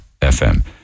FM